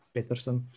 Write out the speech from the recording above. Peterson